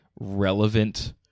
relevant